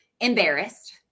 embarrassed